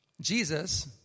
Jesus